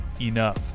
enough